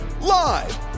live